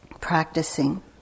practicing